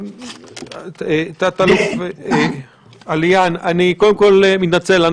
תת-אלוף עליאן, אני קודם כול מתנצל.